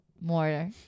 more